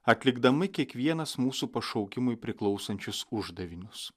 atlikdami kiekvienas mūsų pašaukimui priklausančius uždavinius